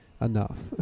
enough